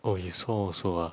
oh you saw also ah